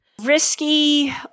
Risky